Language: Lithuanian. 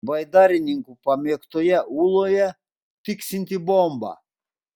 baidarininkų pamėgtoje ūloje tiksinti bomba